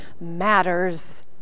matters